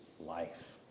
life